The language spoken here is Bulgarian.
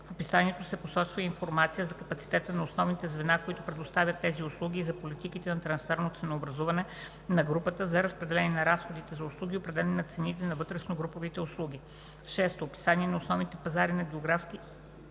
в описанието се посочва и информация за капацитета на основните звена, които предоставят тези услуги, и за политиките за трансферно ценообразуване на групата за разпределение на разходите за услуги и определяне на цените на вътрешногруповите услуги; 6. описание на основните пазари по географски